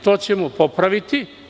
To ćemo popraviti.